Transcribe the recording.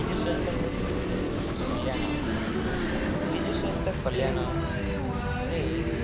ବିଜୁସ୍ୱାସ୍ଥ୍ୟ କଲ୍ୟାଣ ବିଜୁସ୍ୱାସ୍ଥ୍ୟ କଲ୍ୟାଣ ରେ